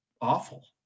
awful